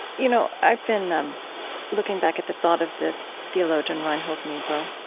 you know i've been um looking back at the thought of the theologian reinhold niebuhr,